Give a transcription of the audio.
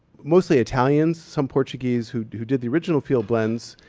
mostly italians, some portuguese who did who did the original field blends,